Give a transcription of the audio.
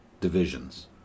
divisions